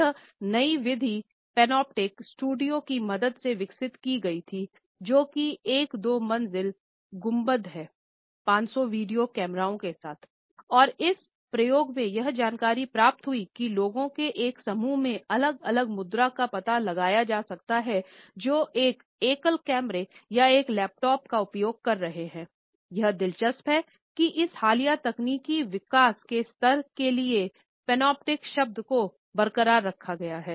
यह नई विधि पनोप्टिक शब्द को बरकरार रखा गया है